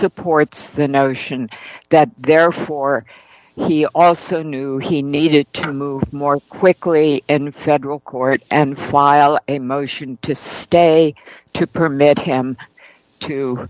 supports the notion that therefore he also knew he needed to move more quickly and federal court and file a motion to stay to permit him to